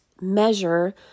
measure